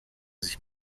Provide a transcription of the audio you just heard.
sich